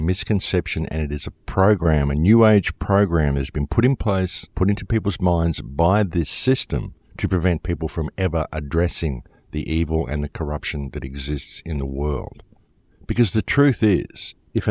misconception and it is a program a new age program has been put in pies put into people's minds by this system to prevent people from ever addressing the evil and the corruption that exists in the world because the truth is if